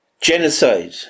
Genocide